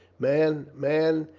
man, man,